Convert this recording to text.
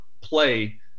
play